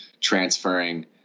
transferring